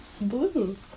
blue